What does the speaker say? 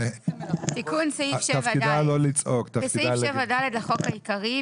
תיקון סעיף 7ד 7. בסעיף 7ד לחוק העיקרי,